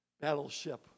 battleship